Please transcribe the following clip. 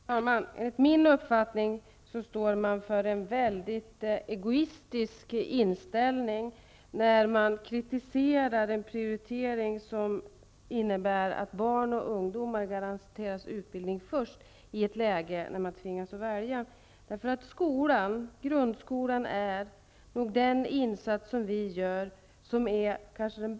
Herr talman! Enligt min uppfattning har man en väldigt egoistisk inställning när man kritiserar den prioritering som innebär att barn och ungdomar garanteras utbildning först i ett läge då det är nödvändigt att välja. Satsningen på grundskolan är nog den bästa socialpolitiska insatsen.